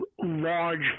large